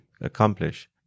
accomplish